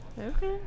Okay